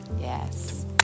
Yes